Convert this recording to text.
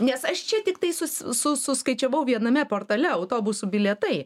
nes aš čia tiktai sus su suskaičiavau viename portale autobusų bilietai